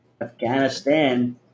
Afghanistan